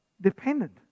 dependent